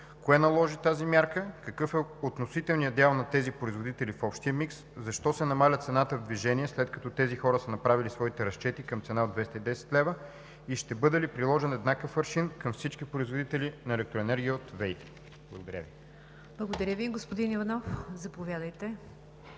кое наложи тази мярка; какъв е относителният дял на тези производители в общия микс; защо се намалява цената в движение, след като тези хора са направили своите разчети към цена от 210 лв. и ще бъде ли приложен еднакъв аршин към всички производители на електроенергия от ВЕИ? Благодаря Ви. ПРЕДСЕДАТЕЛ НИГЯР ДЖАФЕР: Благодаря Ви. Господин Иванов, заповядайте.